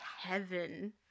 heaven